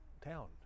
town